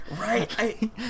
Right